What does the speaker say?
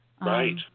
Right